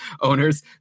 owners